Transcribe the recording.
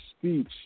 speech